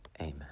Amen